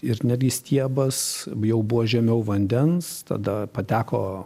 ir netgi stiebas jau buvo žemiau vandens tada pateko